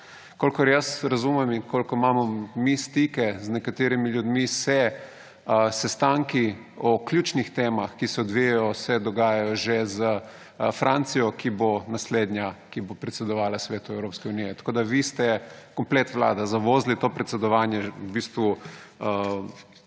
Kolikor jaz razumem in kolikor imamo mi stike z nekaterimi ljudmi, se sestanki o ključnih temah, ki se odvijajo, dogajajo že s Francijo, ki bo naslednja, ki bo predsedovala Svetu Evropske unije. Tako da vi ste, komplet vlada, zavozili to predsedovanje. V bistvu